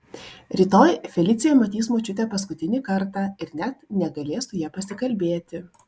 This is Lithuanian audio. rytoj felicija matys močiutę paskutinį kartą ir net negalės su ja pasikalbėti